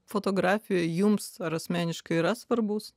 fotografija jums ar asmeniškai yra svarbus